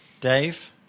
Dave